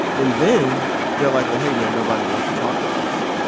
and then they're like, well, hey, man. nobody wants to talk to us.